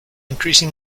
increasing